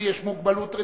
לי יש מוגבלות רצינית,